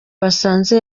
basanze